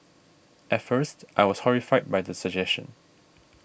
at first I was horrified by the suggestion